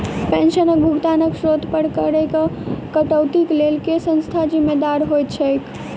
पेंशनक भुगतानक स्त्रोत पर करऽ केँ कटौतीक लेल केँ संस्था जिम्मेदार होइत छैक?